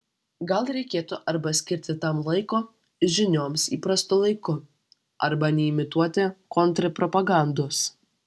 gal reikėtų arba skirti tam laiko žinioms įprastu laiku arba neimituoti kontrpropagandos